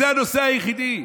זה הנושא היחיד.